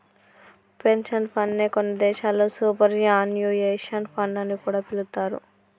pension fund నే కొన్ని దేశాల్లో సూపర్ యాన్యుయేషన్ ఫండ్ అని కూడా పిలుత్తారు